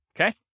okay